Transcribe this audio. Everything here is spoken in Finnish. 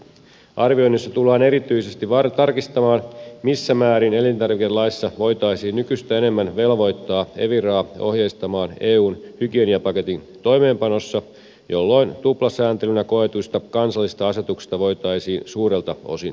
arvioinnissa tullaan erityisesti tarkistamaan missä määrin elintarvikelaissa voitaisiin nykyistä enemmän velvoittaa eviraa ohjeistamaan eun hygieniapaketin toimeenpanossa jolloin tuplasääntelyksi koetuista kansallisista asetuksista voitaisiin suurelta osin luopua